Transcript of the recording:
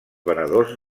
venedors